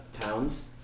towns